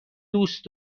دوست